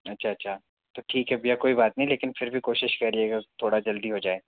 अच्छा अच्छा तो ठीक है भैया कोई बात नहीं लेकिन फिर भी कोशिश करिएगा थोड़ा जल्दी हो जाए